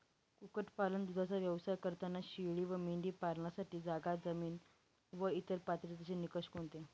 कुक्कुटपालन, दूधाचा व्यवसाय करताना शेळी व मेंढी पालनासाठी जागा, जमीन व इतर पात्रतेचे निकष कोणते?